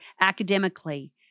academically